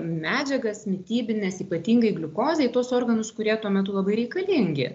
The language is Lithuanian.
medžiagas mitybines ypatingai gliukozę į tuos organus kurie tuo metu labai reikalingi